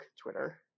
Twitter